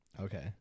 Okay